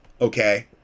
okay